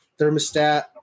thermostat